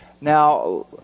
Now